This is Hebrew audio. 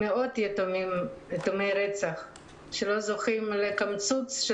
מאות יתומי רצח שלא זוכים לקמצוץ של